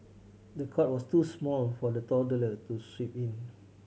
the cot was too small for the toddler to sleep in